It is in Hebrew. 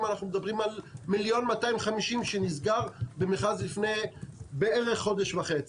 אנחנו מדברים על 1,250,000 שנסגר במכרז לפני בערך חודש וחצי.